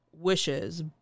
wishes